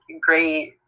great